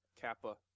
Kappa